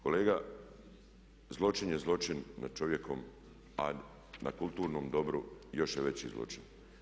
Kolega zločin je zločin nad čovjekom, a na kulturnom dobru još je veći zločin.